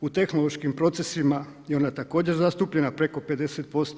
U tehnološkim procesima je ona također zastupljena preko 50%